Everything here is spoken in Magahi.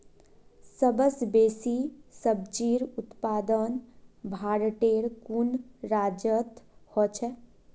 सबस बेसी सब्जिर उत्पादन भारटेर कुन राज्यत ह छेक